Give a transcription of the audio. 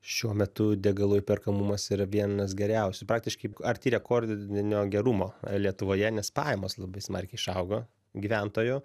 šiuo metu degalų įperkamumas yra vienas geriausių praktiškai arti rekordinio gerumo lietuvoje nes pajamos labai smarkiai išaugo gyventojų